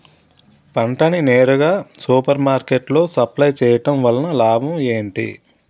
పంట ని నేరుగా సూపర్ మార్కెట్ లో సప్లై చేయటం వలన లాభం ఏంటి?